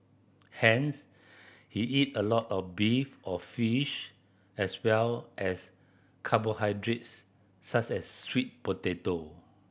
hence he eat a lot of beef or fish as well as carbohydrates such as sweet potato